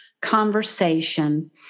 conversation